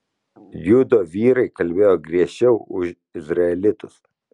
judo vyrai kalbėjo griežčiau už izraelitus